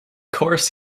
course